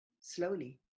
slowly